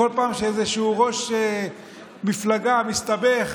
בכל פעם שאיזשהו ראש מפלגה מסתבך,